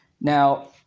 Now